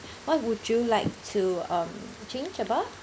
what would you like to um change about